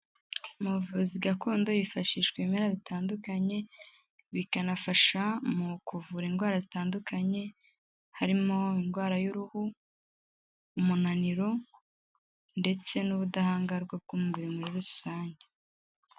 Mu buvuzi gakondo hifashishwa ibimera bitandukanye bikanafasha mu kuvura indwara zitandukanye, harimo indwara y'uruhu, umunaniro ndetse n'ubudahangarwa bw'umubiri muri rusange.